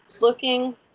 looking